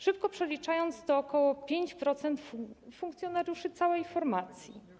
Szybko przeliczając, to ok. 5% funkcjonariuszy całej formacji.